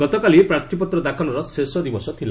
ଗତକାଲି ପ୍ରାର୍ଥୀପତ୍ର ଦାଖଲର ଶେଷ ଦିବସ ଥିଲା